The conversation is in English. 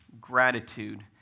gratitude